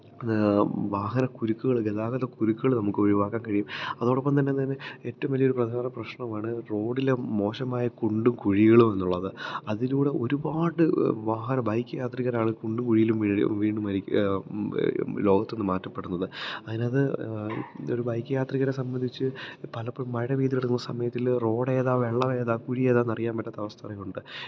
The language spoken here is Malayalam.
വാഹന കുരുക്കുകൾ ഗതാഗത കുരുക്കുകൾ നമുക്ക് ഒഴിവാക്കാൻ കഴിയും അതോടൊപ്പം തന്നെ ഏറ്റവും വലിയൊരു പ്രധാന പ്രശ്നമാണ് റോഡിലെ മോശമായ കുണ്ടും കുഴികളും എന്നുള്ളത് അതിലൂടെ ഒരുപാട് വാഹനം ബൈക്ക് യാത്രികരാണ് കുണ്ടും കുഴിയിലും വീഴ് വീണ് മരി ലോകത്ത് നിന്ന് മാറ്റപ്പെടുത്തുന്നത് അതിനകത്ത് ഒര് ബൈക്ക് യാത്രികരെ സംബന്ധിച്ച് പലപ്പഴും മഴ പെയ്ത് കിടക്കുന്ന സമയത്തില് റോഡേതാ വെള്ളമേതാ കുഴിയേതാന്നറിയാന് പറ്റാത്ത അവസരങ്ങളുണ്ട്